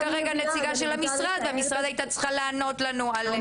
את כרגע הנציגה של המשרד והמשרד היה צריך לענות לנו על זה,